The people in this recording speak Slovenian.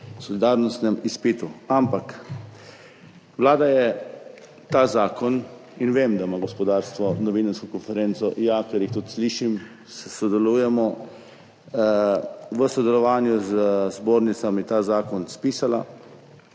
solidarnostnem izpitu. Ampak Vlada je ta zakon, vem, da ima gospodarstvo novinarsko konferenco, ja, ker jih tudi slišim, sodelujemo, spisala v sodelovanju z zbornicami. Za državni